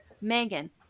Megan